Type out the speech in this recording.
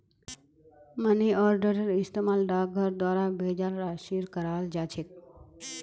money आर्डरेर इस्तमाल डाकर द्वारा भेजाल राशिर कराल जा छेक